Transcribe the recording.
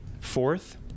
fourth